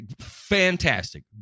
fantastic